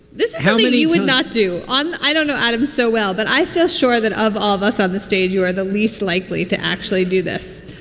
this how many would not do on? i don't know atoms so well, but i felt sure that of all of us on ah the stage, you are the least likely to actually do this.